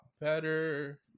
better